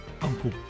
Uncle